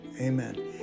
Amen